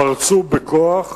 פרצו בכוח,